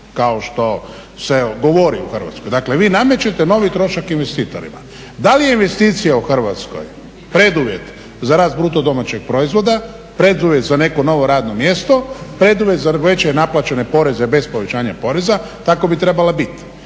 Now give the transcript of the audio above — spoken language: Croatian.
kao što se govori u Hrvatskoj. Dakle, vi namećete novi trošak investitorima. Da li je investicija u Hrvatskoj preduvjet za rast bruto domaćeg proizvoda, preduvjet za neko novo radno mjesto, preduvjet za veće naplaćene poreze bez povećanja poreza, tako bi trebala bit.